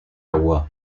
agua